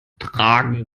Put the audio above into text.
tragen